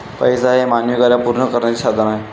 पैसा हे मानवी गरजा पूर्ण करण्याचे साधन आहे